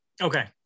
Okay